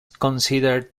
considered